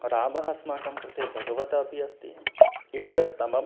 रामः अस्माकं कृते भगवतापि अस्ति इष्टतमम्